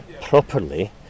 properly